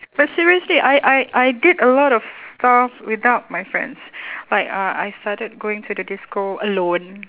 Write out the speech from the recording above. but seriously I I I did a lot of stuff without my friends like uh I started going to the disco alone